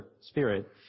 Spirit